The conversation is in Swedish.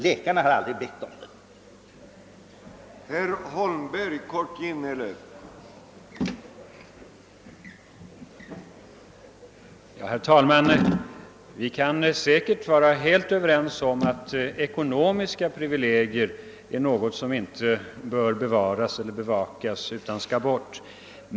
Läkarna har aldrig bett om den.